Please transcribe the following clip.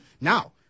Now